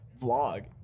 vlog